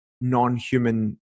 non-human